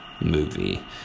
movie